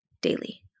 daily